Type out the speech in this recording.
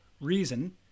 Reason